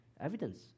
evidence